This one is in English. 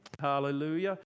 Hallelujah